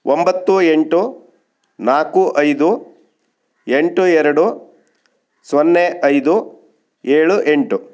ಒಂಬತ್ತು ಎಂಟು ನಾಲ್ಕು ಐದು ಎಂಟು ಎರಡು ಸೊನ್ನೆ ಐದು ಏಳು ಎಂಟು